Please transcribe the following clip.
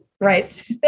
Right